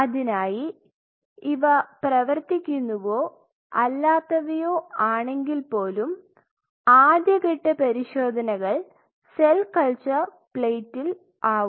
അതിനായി ഇവ പ്രവർത്തിക്കുന്നവയോ അല്ലാത്തവയോ ആണെങ്കിൽപോലും ആദ്യഘട്ട പരിശോധനകൾ സെൽ കൾച്ചർ പ്ലേറ്റിൽ ആവും